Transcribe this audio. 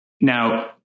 Now